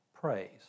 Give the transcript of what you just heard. praise